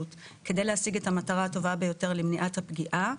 כדי להשיג את המטרה הטובה ביותר למניעת הפגיעה.